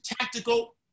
tactical